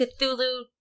Cthulhu